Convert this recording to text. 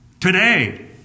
today